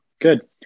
good